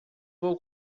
vou